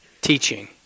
teaching